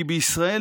כי בישראל,